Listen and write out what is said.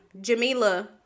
Jamila